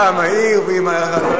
אתה מעיר, היא מעירה לך.